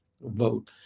vote